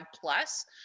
plus